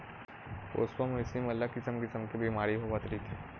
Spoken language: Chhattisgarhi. पोसवा मवेशी मन ल किसम किसम के बेमारी होवत रहिथे